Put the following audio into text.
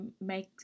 make